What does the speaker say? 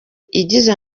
igize